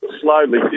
slowly